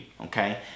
okay